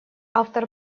автор